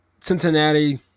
Cincinnati